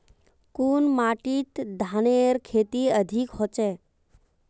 कुन माटित धानेर खेती अधिक होचे?